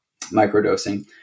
microdosing